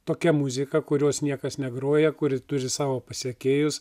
tokia muzika kurios niekas negroja kuri turi savo pasekėjus